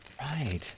Right